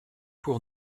pour